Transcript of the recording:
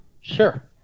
Sure